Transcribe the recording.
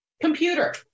computer